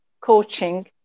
coaching